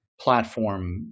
platform